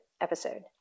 episode